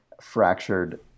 fractured